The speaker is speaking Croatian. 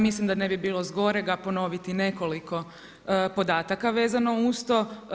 Mislim da ne bi bilo zgorega ponoviti nekoliko podataka vezano uz to.